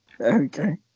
Okay